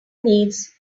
needs